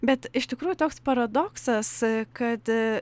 bet iš tikrųjų toks paradoksas kad